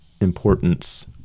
importance